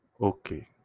Okay